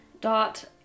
dot